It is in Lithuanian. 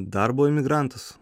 darbo emigrantas